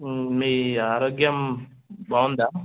మీ ఆరోగ్యం బాగుందా